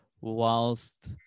whilst